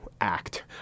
act